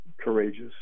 courageous